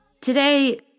today